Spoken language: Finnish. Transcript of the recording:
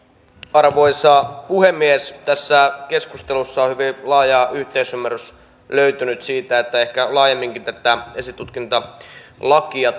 arvoisa puhemies tässä keskustelussa on hyvin laaja yhteisymmärrys löytynyt siitä että ehkä laajemminkin tätä esitutkintalakia